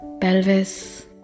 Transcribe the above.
pelvis